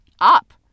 up